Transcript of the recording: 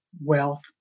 wealth